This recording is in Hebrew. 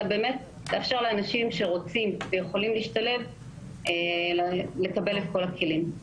הכול כדי לאפשר לאנשים שרוצים ויכולים להשתלב לקבל את כל הכלים.